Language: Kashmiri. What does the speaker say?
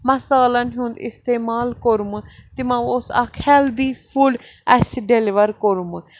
مصالن ہُنٛد استِعمال کوٚرمُت تِمَو اوس اکھ ہٮ۪لدی فُڈ اَسہِ ڈیٚلِوَر کوٚرمُت